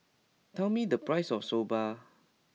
tell me the price of Soba